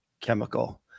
chemical